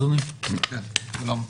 אדוני היושב ראש,